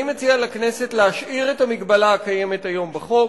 אני מציע לכנסת להשאיר את המגבלה הקיימת היום בחוק,